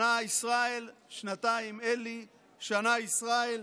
שנה ישראל, שנתיים אלי, שנה ישראל.